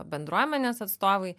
bendruomenės atstovai